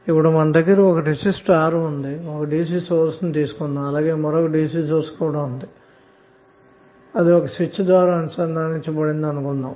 ఇప్పుడు మన దగ్గర ఒక రెసిస్టర్ R వుంది ఒక DC సోర్స్ ను తీసుకుందాం అలాగే మరొక DC సోర్స్ కూడా ఉంది అది ఒక స్విచ్ ద్వారా అనుసంధానించబడింది అనుకుందాం